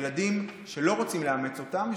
של ילדים שלא רוצים לאמץ אותם.